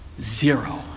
Zero